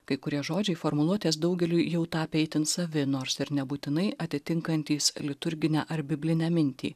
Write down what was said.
kai kurie žodžiai formuluotės daugeliui jau tapę itin savi nors nebūtinai atitinkantys liturginę ar biblinę mintį